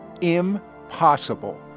impossible